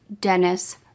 Dennis